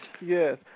Yes